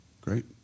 Great